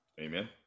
Amen